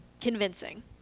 Convincing